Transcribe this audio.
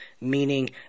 Meaning